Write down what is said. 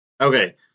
Okay